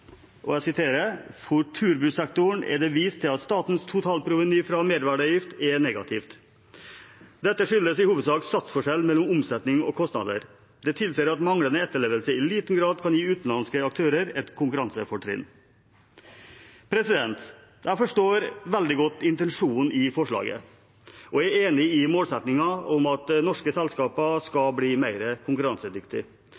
turbussektoren er det vist til at statens totalproveny fra merverdiavgift er negativt. Dette skyldes i hovedsak satsforskjell mellom omsetning og kostnader. Det tilsier at manglende etterlevelse i liten grad kan gi utenlandske aktører et konkurransefortrinn.» Jeg forstår veldig godt intensjonen i forslaget, og jeg er enig i målsettingen om at norske selskaper